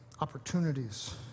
opportunities